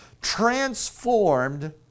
transformed